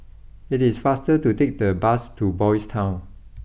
it is faster to take the bus to Boys' Town